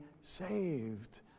saved